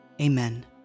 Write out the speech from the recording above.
Amen